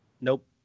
Nope